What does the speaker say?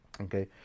okay